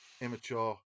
immature